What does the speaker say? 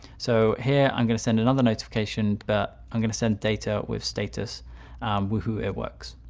so here i'm going to send another notification but i'm going to send data with status woohoo, it works.